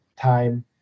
time